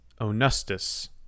Onustus